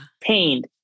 pained